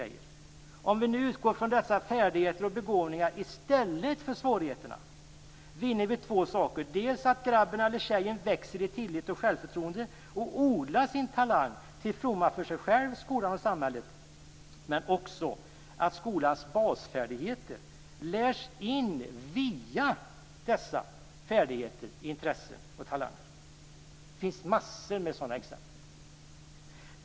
Om vi utgår från dessa färdigheter och begåvningar i stället för svårigheterna vinner vi två saker - dels att grabben eller tjejen växer i tillit och självförtroende och odlar sin talang till fromma för sig själv, skolan och samhället, dels att skolans basfärdigheter lärs in via utvecklandet av dessa färdigheter, intressen och talanger. Det finns massor av sådana exempel.